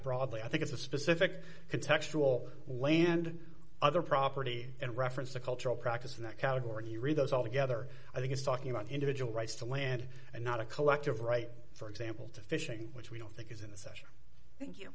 broadly i think it's a specific contextual land other property and reference to cultural practices in that category you read those all together i think it's talking about individual rights to land and not a collective right for example to fishing